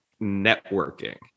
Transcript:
networking